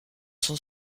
son